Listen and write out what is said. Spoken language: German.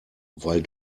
weil